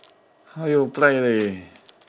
how you apply leh